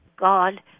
God